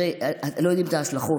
תראה, לא יודעים את ההשלכות.